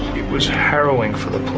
it was harrowing for the